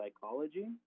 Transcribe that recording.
psychology